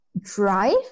drive